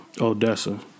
Odessa